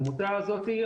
העמותה הזאת,